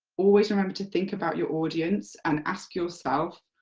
always remember to think about your audience, and ask yourself,